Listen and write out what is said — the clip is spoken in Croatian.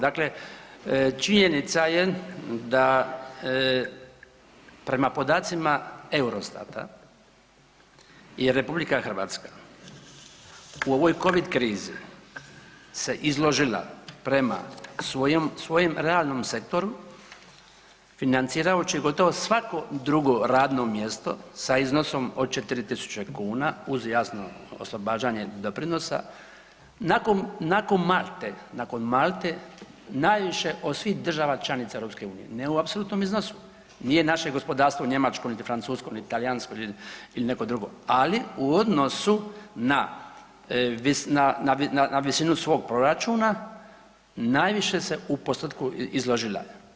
Dakle, činjenica je da prema podacima Eurostata je RH u ovoj covid krizi se izložila prema svojem realnom sektoru financirajući gotovo svako drugo radno mjesto sa iznosom od 4000 kuna uz jasno oslobađanje doprinosa, nakon, nakon Malte, nakon Malte, najviše od svih država članica EU, ne u apsolutnom iznosu, nije naše gospodarstvo njemačko, niti francusko, niti talijansko ili, ili neko drugo, ali u odnosu na, na, na, na visinu svog proračuna najviše se u postotku izložila.